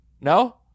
No